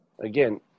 again